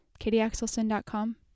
katieaxelson.com